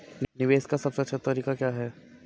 निवेश का सबसे अच्छा तरीका क्या है?